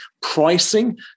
pricing